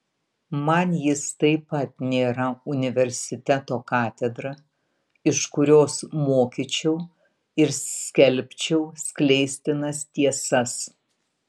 man jis taip pat nėra universiteto katedra iš kurios mokyčiau ir skelbčiau skleistinas tiesas